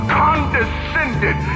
condescended